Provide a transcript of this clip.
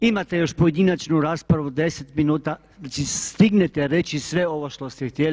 Imate još pojedinačnu raspravu 10 minuta, znači stignete reći sve ovo što ste htjeli.